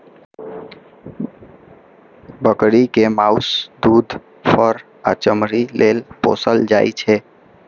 बकरी कें माउस, दूध, फर आ चमड़ी लेल पोसल जाइ छै